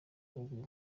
baguye